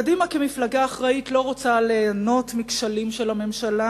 קדימה כמפלגה אחראית לא רוצה ליהנות מהכשלים של הממשלה,